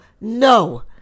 no